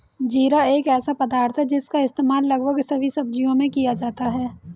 जीरा एक ऐसा पदार्थ है जिसका इस्तेमाल लगभग सभी सब्जियों में किया जाता है